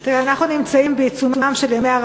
כי אני חושבת שזה גם עניינך.